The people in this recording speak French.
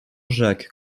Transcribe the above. jacques